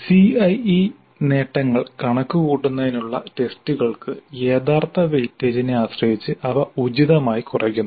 CIE നേട്ടങ്ങൾ കണക്കുകൂട്ടുന്നതിനുള്ള ടെസ്റ്റുകൾക്ക് യഥാർത്ഥ വെയിറ്റേജിനെ ആശ്രയിച്ച് അവ ഉചിതമായി കുറയ്ക്കുന്നു